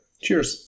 Cheers